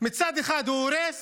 מצד אחד הוא הורס,